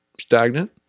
stagnant